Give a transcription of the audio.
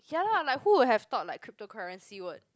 ya lah like who would have thought like cryptocurrency work